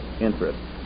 interest